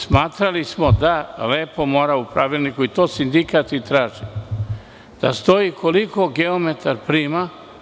Smatrali smo da lepo mora u pravilniku, to sindikat i traži, da stoji koliko geometar prima.